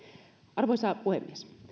arvoisa puhemies